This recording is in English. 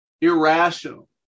irrational